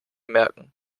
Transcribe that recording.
merken